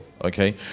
Okay